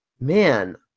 man